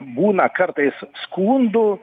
būna kartais skundų